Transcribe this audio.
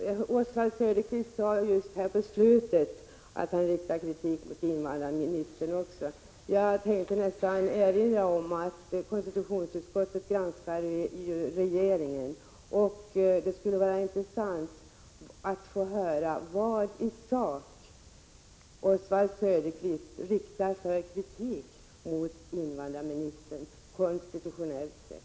Herr talman! Oswald Söderqvist sade på slutet att han riktar kritik mot invandrarministern också. Jag tänkte nästan erinra om att konstitutionsutskottet granskar regeringen. Det skulle vara intressant att få höra vilken kritik Oswald Söderqvist riktar mot invandrarministern från konstitutionella utgångspunkter.